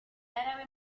árabe